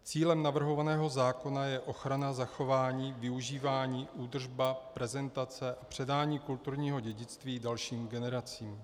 Cílem navrhovaného zákona je ochrana, zachování, využívání, údržba, prezentace a předání kulturního dědictví dalším generacím.